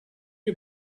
you